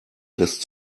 lässt